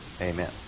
Amen